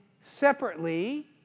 separately